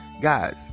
Guys